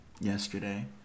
yesterday